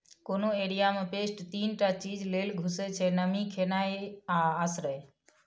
कोनो एरिया मे पेस्ट तीन टा चीज लेल घुसय छै नमी, खेनाइ आ आश्रय